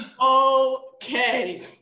Okay